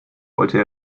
wollte